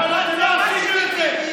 אבל לא עשיתם את זה,